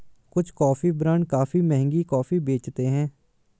कुछ coffee brand काफी महंगी कॉफी बेचते हैं